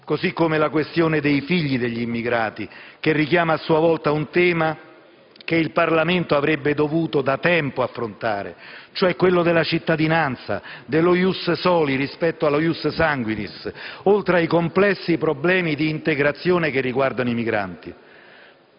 Così come la questione dei figli degli immigrati, che richiama a sua volta un tema che il Parlamento avrebbe dovuto da tempo affrontare, cioè quello della cittadinanza, dello *ius soli* rispetto allo *ius sanguinis*, oltre ai complessi problemi di immigrazione che riguardano i migranti.